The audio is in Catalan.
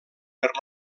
per